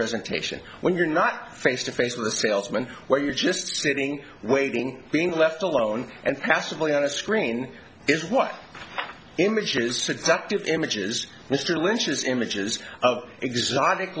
presentation when you're not face to face with a salesman where you're just sitting waiting being left alone and passively on a screen is what image is seductive images mr lynch's images of exotic